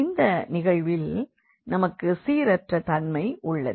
இந்த நிகழ்வில் நமக்கு சீரற்ற தன்மை உள்ளது